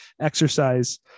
exercise